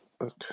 Okay